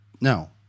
no